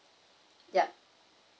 yup